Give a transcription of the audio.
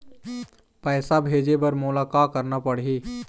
पैसा भेजे बर मोला का करना पड़ही?